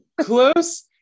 Close